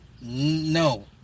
no